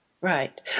Right